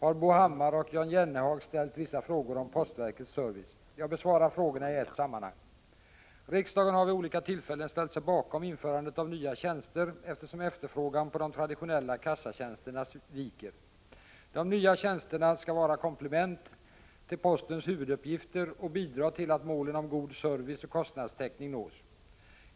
har Bo Hammar och Jan Jennehag ställt vissa frågor om postverkets service. Jag besvarar frågorna i ett sammanhang. Riksdagen har vid olika tillfällen ställt sig bakom införandet av nya tjänster eftersom efterfrågan på de traditionella kassatjänsterna viker. De nya tjänsterna skall vara komplement till postens huvuduppgifter och bidra till att målen om god service och kostnadstäckning nås.